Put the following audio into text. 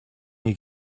you